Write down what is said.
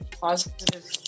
positive